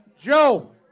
Joe